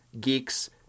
geeks